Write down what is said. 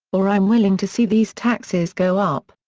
or i'm willing to see these taxes go up.